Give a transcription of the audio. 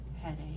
headache